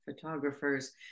photographers